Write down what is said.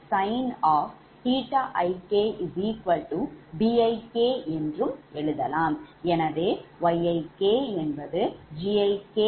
எனவே Yik Gik 𝑗Bik